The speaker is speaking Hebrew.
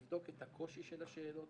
לבדוק את הקושי של השאלות